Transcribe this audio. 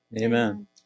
Amen